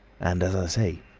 and, as i say,